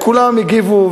כולם הגיבו.